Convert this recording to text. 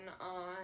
on